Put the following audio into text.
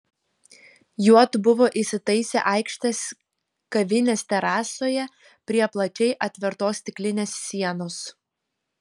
juodu buvo įsitaisę aikštės kavinės terasoje prie plačiai atvertos stiklinės sienos